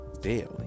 daily